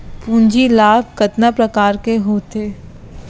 पूंजी लाभ कतना प्रकार के होथे?